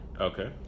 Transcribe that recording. Okay